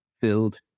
filled